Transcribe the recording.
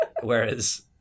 Whereas